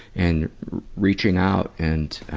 and reaching out, and,